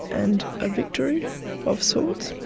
and a victory of sorts.